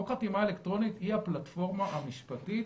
חוק חתימה אלקטרונית היא הפלטפורמה המשפטית